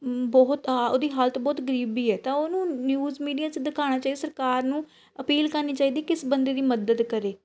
ਬਹੁਤ ਉਹਦੀ ਹਾਲਤ ਬਹੁਤ ਗਰੀਬ ਵੀ ਹੈ ਤਾਂ ਉਹਨੂੰ ਨਿਊਜ਼ ਮੀਡੀਆ 'ਚ ਦਿਖਾਉਣਾ ਚਾਹੀਏ ਸਰਕਾਰ ਨੂੰ ਅਪੀਲ ਕਰਨੀ ਚਾਹੀਦੀ ਕਿਸ ਬੰਦੇ ਦੀ ਮਦਦ ਕਰੇ